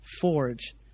forge